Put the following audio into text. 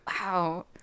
Wow